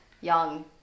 young